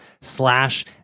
slash